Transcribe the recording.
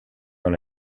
dans